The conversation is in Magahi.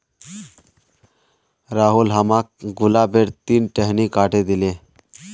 राहुल हमाक गुलाबेर तीन टहनी काटे दिले